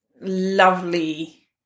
lovely